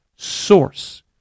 Source